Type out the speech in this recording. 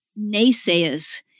naysayers